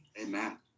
amen